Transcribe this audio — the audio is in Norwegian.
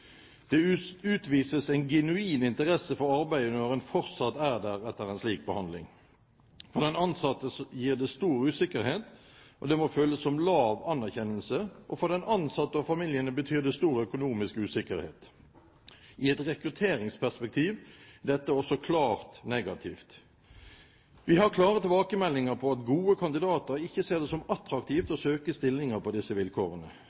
Det utvises en genuin interesse for arbeidet når en fortsatt er der etter en slik behandling. For den ansatte gir det stor usikkerhet, det må føles som lav anerkjennelse, og for den ansatte og familiene betyr det stor økonomisk usikkerhet. I et rekrutteringsperspektiv er dette også klart negativt. Vi har klare tilbakemeldinger på at gode kandidater ikke ser det som attraktivt å søke stillinger på disse vilkårene.